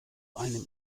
einem